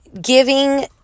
giving